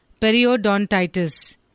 periodontitis